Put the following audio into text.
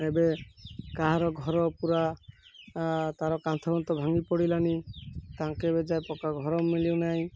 ଏବେ କାହାର ଘର ପୁରା ତାର କାନ୍ଥ ଫାନ୍ଥ ଭାଙ୍ଗି ପଡ଼ିଲାଣି ତାଙ୍କେ ଏବେ ଯାଏଁ ପକ୍କା ଘର ମିଳୁନାହିଁ